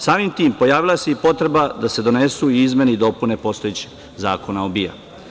Samim tim pojavila se i potreba da se donesu i izmene i dopune postojećeg Zakona o BIA.